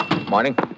Morning